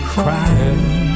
crying